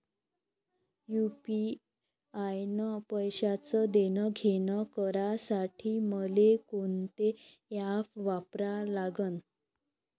UPI न पैशाचं देणंघेणं करासाठी मले कोनते ॲप वापरा लागन?